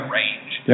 range